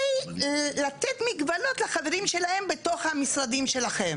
לתת מגבלות לחברים שלהם בתוך המשרדים שלכם.